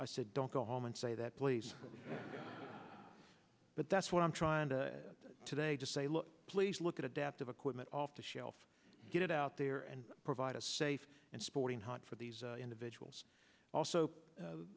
i said don't go home and say that please but that's what i'm trying to today to say look please look at adaptive equipment off the shelf get it out there and provide a safe and sporting hunt for these individuals also